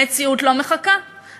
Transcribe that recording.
המציאות לא מחכה,